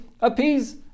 appease